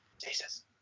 Jesus